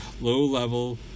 low-level